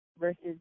Versus